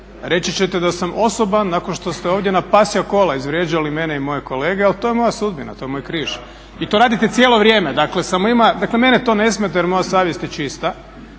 reći ćete da sam osoban nakon što ste ovdje na pasja kola izvrijeđali mene i moje kolege, ali to je moja sudbina, to je moj križ i to radite cijelo vrijeme. Dakle, mene to ne smeta jer moja savjest je čista